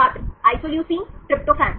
छात्र isoleucine tryptophan